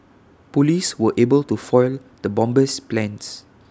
Police were able to foil the bomber's plans